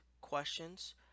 questions